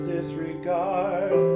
disregard